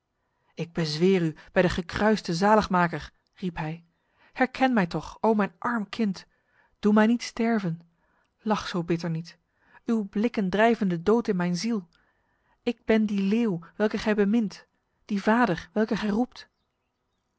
ik bezweer u bij de gekruiste zaligmaker riep hij herken mij toch o mijn arm kind doe mij niet sterven lach zo bitter niet uw blikken drijven de dood in mijn ziel ik ben die leeuw welke gij bemint die vader welke